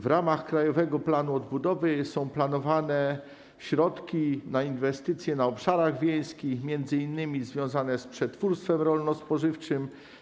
W ramach Krajowego Planu Odbudowy są planowane środki na inwestycje na obszarach wiejskich, m.in. związane z przetwórstwem rolno-spożywczym.